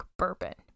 bourbon